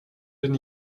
den